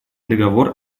договор